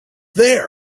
there